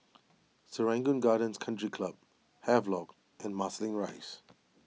Serangoon Gardens Country Club Havelock and Marsiling Rise